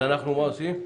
אז מה אנחנו עושים?